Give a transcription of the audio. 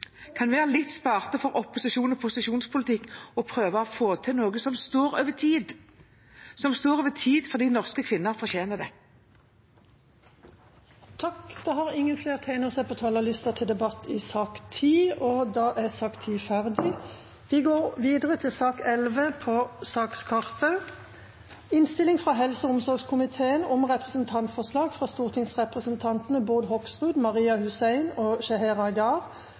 kan være litt spart for posisjons- og opposisjonspolitikk og kan prøve å få til noe som står over tid – som står over tid fordi norske kvinner fortjener det. Flere har ikke bedt om ordet til sak nr. 10. Etter ønske fra helse- og omsorgskomiteen vil presidenten ordne debatten slik: 3 minutter til hver partigrupper og